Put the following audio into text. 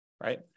right